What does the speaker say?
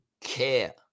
care